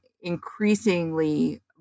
increasingly